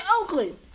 Oakland